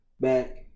back